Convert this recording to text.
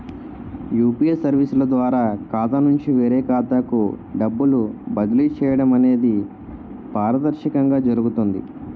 UPA సర్వీసుల ద్వారా ఖాతా నుంచి వేరే ఖాతాకు డబ్బులు బదిలీ చేయడం అనేది పారదర్శకంగా జరుగుతుంది